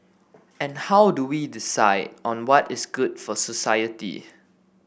and How do we decide on what is good for society